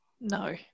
No